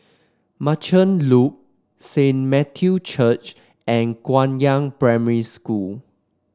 Merchant Loop Saint Matthew's Church and Guangyang Primary School